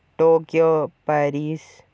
Tokyo Paris